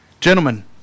gentlemen